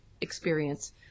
experience